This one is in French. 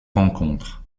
rencontre